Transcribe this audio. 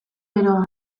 beroa